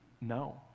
No